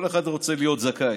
כל אחד רוצה להיות זכאי.